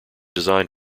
designed